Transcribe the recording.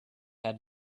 had